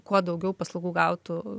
kuo daugiau paslaugų gautų